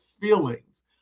feelings